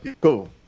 cool